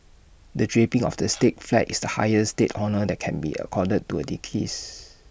the draping of the state flag is highest state honour that can be accorded to A deceased